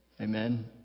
Amen